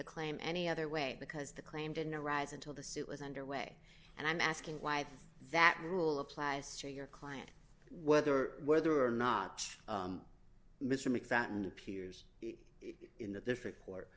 the claim any other way because the claimed in a rise until the suit was underway and i'm asking why that rule applies to your client whether whether or not mr mcfadden appears in a different port